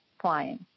flying